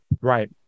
Right